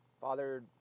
Father